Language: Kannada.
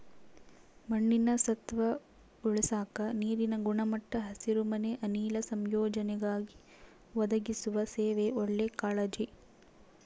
ಮಣ್ಣಿನ ಸತ್ವ ಉಳಸಾಕ ನೀರಿನ ಗುಣಮಟ್ಟ ಹಸಿರುಮನೆ ಅನಿಲ ಸಂಯೋಜನೆಗಾಗಿ ಒದಗಿಸುವ ಸೇವೆ ಒಳ್ಳೆ ಕಾಳಜಿ